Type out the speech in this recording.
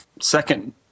second